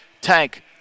tank